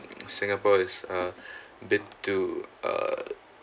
singapore is a bit too uh